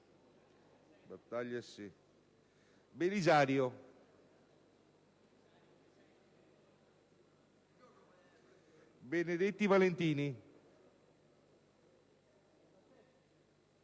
Belisario, Benedetti Valentini,